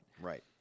Right